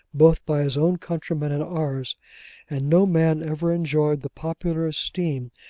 both by his own countrymen and ours and no man ever enjoyed the popular esteem,